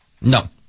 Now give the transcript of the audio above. No